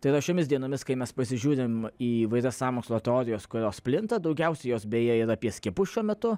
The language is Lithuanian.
tai yra šiomis dienomis kai mes pasižiūrim į įvairias sąmokslo teorijos kurios plinta daugiausiai jos beje ir apie skiepus šiuo metu